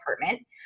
apartment